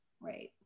right